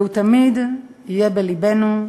והוא תמיד יהיה בלבנו.